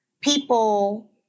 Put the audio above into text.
people